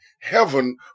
heaven